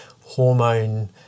hormone